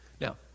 Now